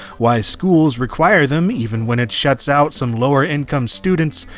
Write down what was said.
why schools require them even when it shuts out some lower income students,